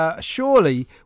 Surely